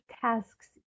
tasks